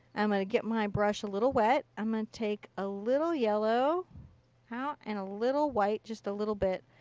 i'm going to get my brush a little wet. and i'm going to take a little yellow out and a little white. just a little bit.